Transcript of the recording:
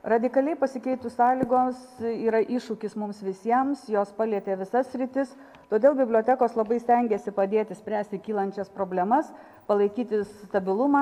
radikaliai pasikeitus sąlygos yra iššūkis mums visiems jos palietė visas sritis todėl bibliotekos labai stengėsi padėti spręsti kylančias problemas palaikyti stabilumą